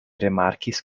rimarkis